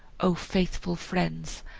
o faithful friends,